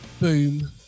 Boom